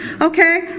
okay